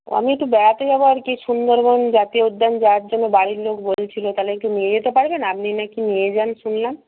ও আমি একটু বেড়াতে যাব আর কি সুন্দরবন জাতীয় উদ্যান যাওয়ার জন্য বাড়ির লোক বলছিল তাহলে একটু নিয়ে যেতে পারবেন আপনি না কি নিয়ে যান শুনলাম